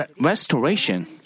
restoration